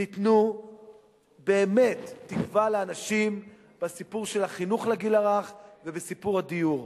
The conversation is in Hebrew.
תיתנו באמת תקווה לאנשים בסיפור של החינוך לגיל הרך ובסיפור הדיור.